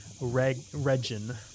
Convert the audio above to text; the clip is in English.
Regin